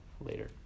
later